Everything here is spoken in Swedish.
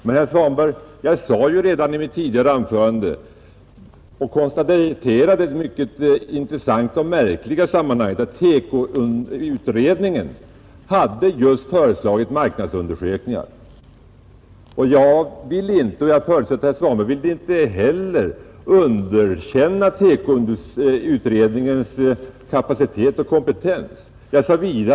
Men, herr Svanberg, i mitt tidigare anförande konstaterade jag ju det mycket intressanta och märkliga att TEKO-utredningen har föreslagit just marknadsundersökningar. Jag vill visst inte underkänna TEKO-utredningens kapacitet och kompetens, och det tror jag inte att herr Svanberg vill heller.